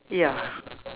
ya